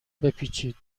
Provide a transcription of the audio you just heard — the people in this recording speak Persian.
بپیچید